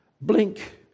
Blink